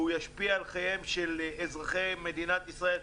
והוא ישפיע על חייהם של אזרחי מדינת ישראל,